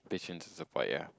patience to support ya